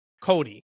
Cody